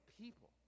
people